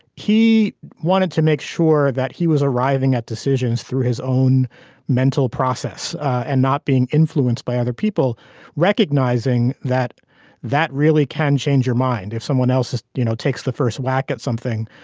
he wanted to make sure that he was arriving at decisions through his own mental process and not being influenced by other people recognizing that that really can change your mind if someone else is you know takes the first whack at something.